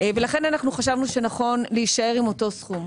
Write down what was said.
ולכן אנחנו חשבנו שנכון להישאר עם אותו סכום.